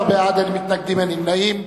13 בעד, אין מתנגדים ואין נמנעים.